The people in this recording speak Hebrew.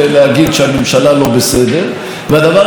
שאתם צריכים לדאוג קודם כול לאחדות בתוככם